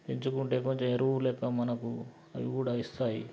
పెంచుకుంటే కొంచెం ఎరువులెక్క మనకు అవి గూడా ఇస్తాయి